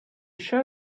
show